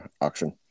auction